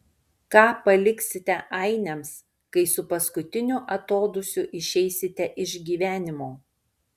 ką paliksite ainiams kai su paskutiniu atodūsiu išeisite iš gyvenimo